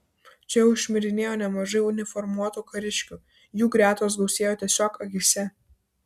čia jau šmirinėjo nemažai uniformuotų kariškių jų gretos gausėjo tiesiog akyse